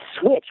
switch